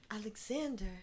Alexander